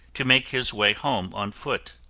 to make his way home on foot.